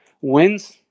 wins